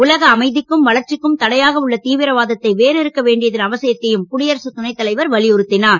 உலக அமைதிக்கும் வளர்ச்சிக்கும் தடையாக உள்ள தீவிரவாதத்தை வேரறுக்க வேண்டியதன் அவசியத்தையும் குடியரசுத் துணை தலைவர் வலியுறுத்தினார்